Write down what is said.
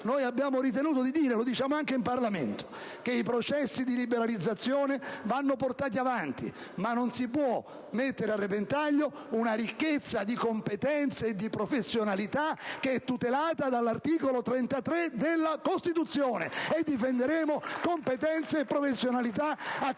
abbiamo ritenuto di sostenere - e lo affermiamo anche in Parlamento - che i processi di liberalizzazione vanno portati avanti, senza però mettere a repentaglio una ricchezza di competenze e professionalità tutelata dall'articolo 33 della Costituzione! Difenderemo sempre competenze e professionalità